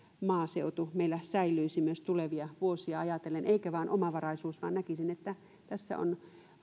maaseutu meillä säilyisi myös tulevia vuosia ajatellen eikä olisi vain omavaraisuus vaan näkisin että tässä on